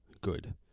good